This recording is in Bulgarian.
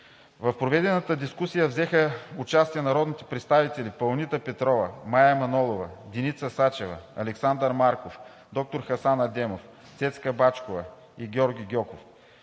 В проведената дискусия взеха участие народните представители Паунита Петрова, Мая Манолова, Деница Сачева, Александър Марков, доктор Хасан Адемов, Цецка Бачкова и Георги Гьоков.